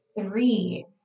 three